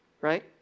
right